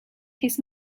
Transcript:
his